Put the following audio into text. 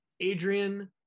Adrian